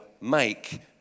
make